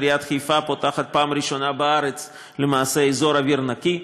עיריית חיפה פותחת פעם ראשונה בארץ למעשה אזור אוויר נקי.